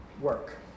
work